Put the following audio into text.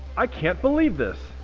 i can't believe this,